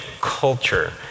culture